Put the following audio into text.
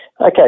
Okay